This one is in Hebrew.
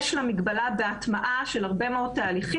יש מגבלה בהטמעה של הרבה מאוד תהליכים